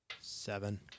Seven